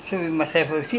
you know you